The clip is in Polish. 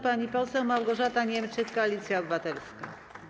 Pani poseł Małgorzata Niemczyk, Koalicja Obywatelska.